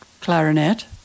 clarinet